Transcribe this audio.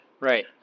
Right